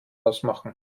ausmachen